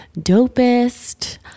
dopest